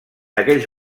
aquells